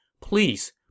please